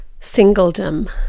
singledom